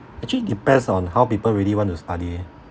actually depends on how people really want to study